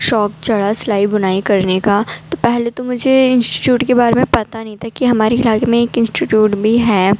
شوق چڑھا سلائی بنائی کرنے کا تو پہلے تو مجھے انسٹیٹیوٹ کے بارے میں پتہ نہیں تھا کہ ہمارے علاقے میں ایک انسٹیٹیوٹ بھی ہے